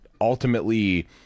ultimately